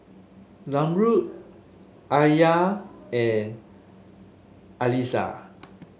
Zamrud Alya and Qalisha